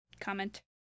comment